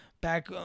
back